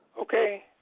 Okay